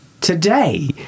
today